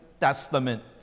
Testament